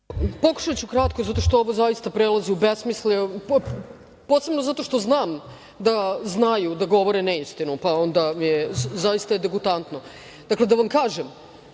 Pokušaću vrlo kratko, jer ovo zaista prelazi u besmisao, a posebno zato što znam da znaju da govore neistinu, pa je zaista degutantno. Dakle, da vam kažem,